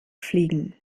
fliegen